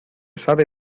sabe